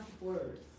words